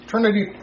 Trinity